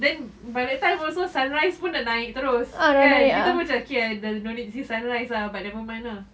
then by that time also sunrise pun dah naik terus kan kita macam okay don't need see sunrise ah but never mind ah